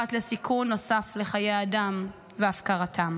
פרט לסיכון נוסף לחיי אדם והפקרתם.